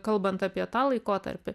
kalbant apie tą laikotarpį